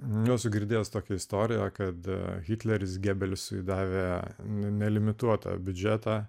nesu girdėjęs tokią istoriją kada hitleris gebelsui davė nelimituotą biudžetą